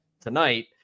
tonight